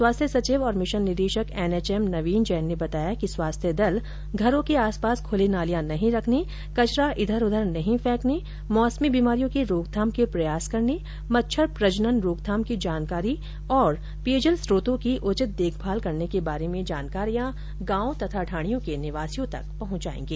स्वास्थ्य सचिव और मिशन निदेशक एनएचएम नवीन जैन ने बताया कि स्वास्थ्य दल घरों के आस पास खुली नालियां नहीं रखने कचरा इधर उधर नहीं फेंकने मौसमी बीमारियों की रोकथाम के प्रयास करने मच्छर प्रजनन रोकथाम की जानकारी और पेयजल स्रोतों की उचित देखभाल करने के बारे में जानकारियां गांव तथा ढाणियों के निवासियों तक पहुंचायेंगे